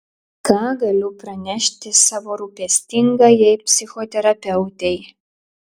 ką galiu pranešti savo rūpestingajai psichoterapeutei